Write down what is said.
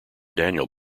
daniel